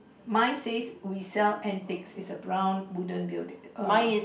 mine says we sell antiques it's a brown wooden building uh